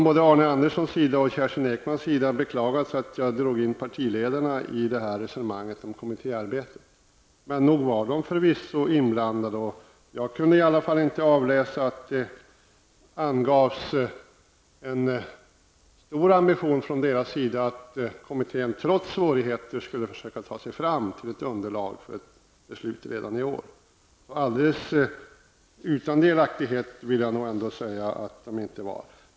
Både Arne Andersson och Kerstin Ekman har beklagat att jag drog in partiledarna i resonemanget om kommittéarbetet. Men de var förvisso inblandade. Jag kunde i alla fall inte avläsa att det angavs någon stor ambition från deras sida för att kommittén trots svårigheter skulle försöka ta sig fram till ett underlag för ett beslut redan i år. Alldeles utan delaktighet var de nog ändå inte.